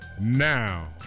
Now